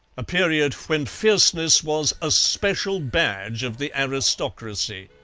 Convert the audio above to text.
a period when fierceness was a special badge of the aristocracy.